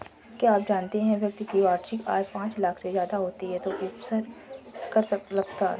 क्या आप जानते है व्यक्ति की वार्षिक आय पांच लाख से ज़्यादा होती है तो उसपर कर लगता है?